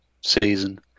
season